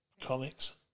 comics